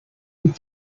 and